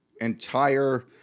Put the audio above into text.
entire